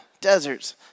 deserts